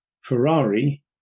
Ferrari